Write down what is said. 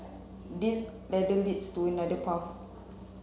this ladder leads to another path